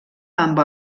amb